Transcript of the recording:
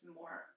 more